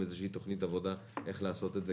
איזושהי תוכנית עבודה איך לעשות את זה.